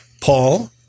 Paul